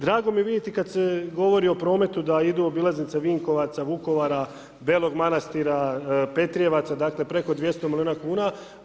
Drago mi je vidjeti kada se govori o prometu da idu obilaznice Vinkovaca, Vukovara, Belog Manastira, Petrjevaca, dakle preko 200 milijuna kuna.